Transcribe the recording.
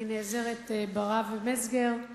אני נעזרת ברב מצגר,